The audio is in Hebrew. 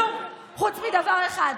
כלום, חוץ מדבר אחד,